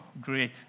Great